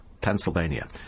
Pennsylvania